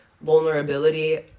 vulnerability